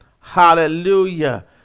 hallelujah